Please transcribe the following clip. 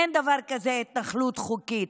אין דבר כזה התנחלות חוקית,